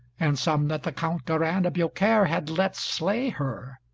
and some that the count garin de biaucaire had let slay her.